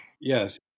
Yes